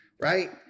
right